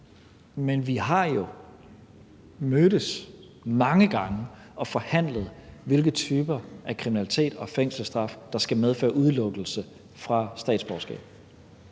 Men vi har jo mødtes mange gange og forhandlet om, hvilke typer af kriminalitet og fængselsstraffe, der skal medføre udelukkelse fra statsborgerskab.